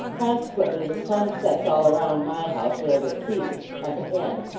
consequently the sun sets all around my house, wherever it pleases, like a hen.